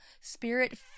spirit